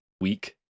week